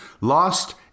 Lost